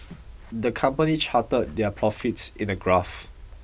the company charted their profits in a graph